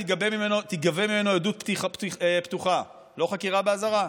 תיגבה ממנו עדות פתוחה, לא חקירה באזהרה.